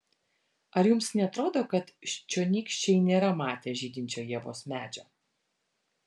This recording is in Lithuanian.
ar jums neatrodo kad čionykščiai nėra matę žydinčio ievos medžio